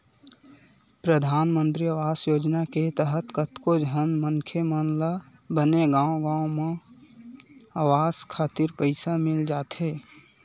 परधानमंतरी आवास योजना के तहत कतको झन मनखे मन ल बने गांव गांव म अवास खातिर पइसा मिल जाथे